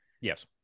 Yes